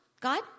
god